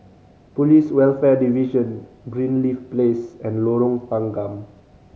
Police Welfare Division Greenleaf Place and Lorong Tanggam